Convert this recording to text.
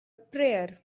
prayer